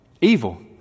evil